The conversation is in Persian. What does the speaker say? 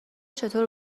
چطور